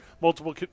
multiple